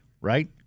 right